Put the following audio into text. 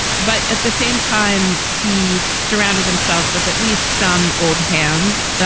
but at the same time, he surrounded himself with at least some old hands,